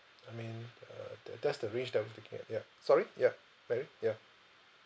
I mean uh that that's the range that I was looking at ya sorry ya mary ya